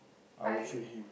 I will feed him